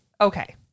Okay